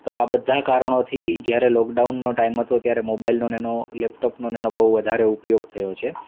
તો આ બધા કારણોથી જ્યારે લોકડાઉનનો ટાઈમ હતો ત્યારે મોબાઈલનો ને એનો લેપટોપનો ને એનો બહુ વધારે ઉપયોગ થયો છે